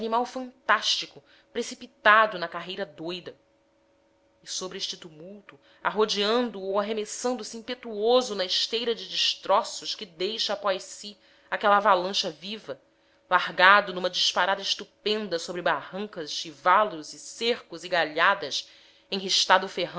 animal fantástico precipitado na carreira douda e sobre este tumulto arrodeando o ou arremessando se impetuoso na esteira de destroços que deixa após si aquela avalanche viva largado numa disparada estupenda sobre barrancas e valos e cerros e galhadas